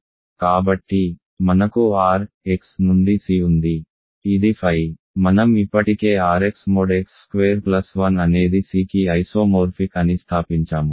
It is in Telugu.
కాబట్టి మనకు R x నుండి C ఉంది ఇది phi మనం ఇప్పటికే R x mod x square plus 1 అనేది Cకి ఐసోమోర్ఫిక్ అని స్థాపించాము